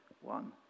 one